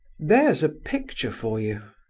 there's a picture for you.